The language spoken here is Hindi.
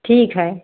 ठीक है